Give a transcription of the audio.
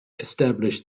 established